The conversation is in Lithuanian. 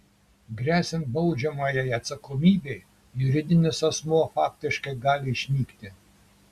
gresiant baudžiamajai atsakomybei juridinis asmuo faktiškai gali išnykti